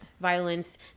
violence